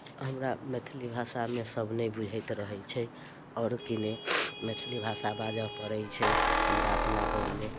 हमरा मैथिली भाषामे सब नहि बुझैत रहैत छै आओर कि नहि मैथिली भाषा बाजऽ पड़ैत छै हमरा अपना गाँवमे